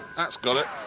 that's got it.